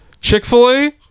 Chick-fil-A